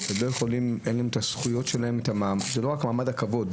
זה לא רק מעמד וכבוד,